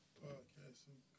podcasting